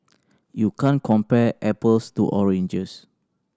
you can't compare apples to oranges